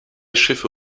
schiffe